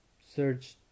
search